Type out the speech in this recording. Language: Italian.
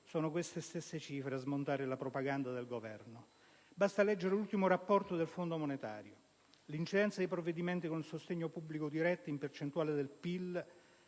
una politica al rialzo, a smontare la propaganda del Governo. Basta leggere l'ultimo rapporto del Fondo monetario: «L'incidenza dei provvedimenti con il sostegno pubblico diretto, in percentuale del